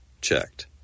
checked